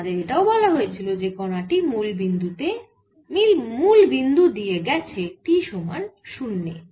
আমাদের এটাও বলা হয়েছিল যে কণা টি মুল বিন্দু দিয়ে গেছে t সমান 0 তে